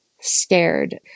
scared